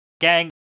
gang